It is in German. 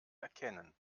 erkennen